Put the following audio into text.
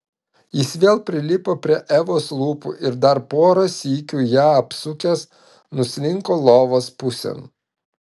jis vėl prilipo prie evos lūpų ir dar porą sykių ją apsukęs nuslinko lovos pusėn